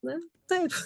na taip